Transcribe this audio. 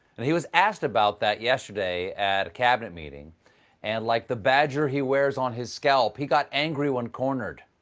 and he was asked about that yesterday at the cabinet meeting and, like the badger he wears on his scalp, he got angry when cornered.